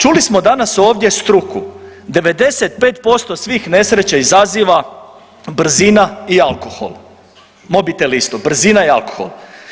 Čuli smo danas ovdje struku 95% svih nesreća izaziva brzina i alkohol, mobitel isto, brzina i alkohol.